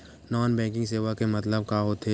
Non banking सेवा के मतलब का होथे?